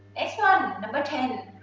next one, number ten.